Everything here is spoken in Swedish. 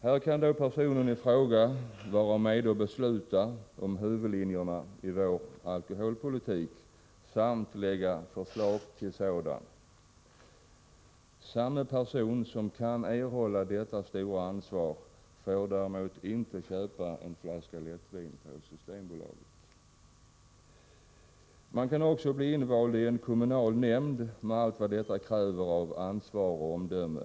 Här kan då personen i fråga vara med och besluta om huvudlinjerna i vår alkoholpolitik samt lägga fram förslag till en sådan. Samma person som kan erhålla detta stora ansvar får däremot inte köpa en flaska lättvin på Systembolaget. Man kan också bli invald i en kommunal nämnd med allt vad detta kräver av ansvar och omdöme.